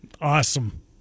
Awesome